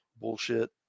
bullshit